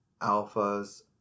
alphas